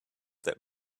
that